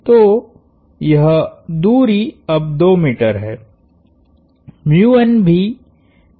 तो यह दूरी अब 2 मीटर है